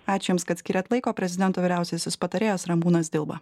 ačiū jums kad skyrėt laiko prezidento vyriausiasis patarėjas ramūnas dilba